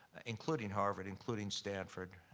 including harvard, including stanford.